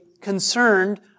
concerned